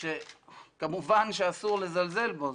שכמובן שאסור לזלזל בו.